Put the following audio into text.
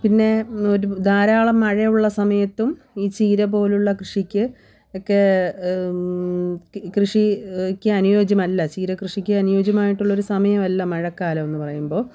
പിന്നെ ധാരാളം മഴയുള്ള സമയത്തും ഈ ചീരപോലെയുള്ള കൃഷിക്ക് ഒക്കെ കൃഷിക്ക് അനുയോജ്യമല്ല ചീരക്കൃഷിക്ക് അനുയോജ്യമായിട്ടുള്ളൊരു സമയമല്ല മഴക്കാലം എന്ന് പറയുമ്പോൾ